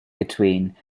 between